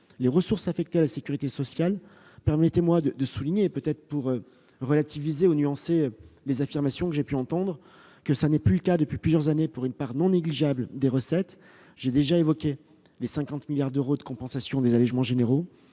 les ressources affectées à la sécurité sociale, permettez-moi de souligner, peut-être pour relativiser ou nuancer les affirmations que j'ai pu entendre, qu'il n'est plus respecté depuis plusieurs années pour une part non négligeable des recettes. Cela étant, j'ai déjà évoqué les 50 milliards d'euros de compensation des allégements généraux,